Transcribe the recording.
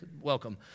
welcome